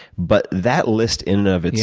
but that list in and of and